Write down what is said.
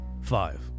Five